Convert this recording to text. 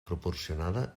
proporcionada